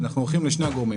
אנחנו הולכים לשני הגורמים,